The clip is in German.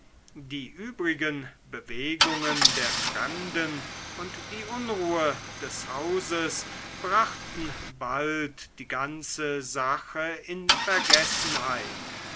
die übrigen bewegungen der fremden und die unruhe des hauses brachten bald die ganze sache in vergessenheit